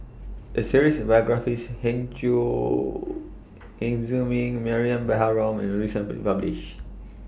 A series of biographies Heng Chee Zhiming Mariam Baharom was recently published